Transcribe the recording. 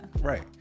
Right